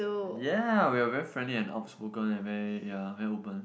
ya we were very friendly and outspoken and very ya very open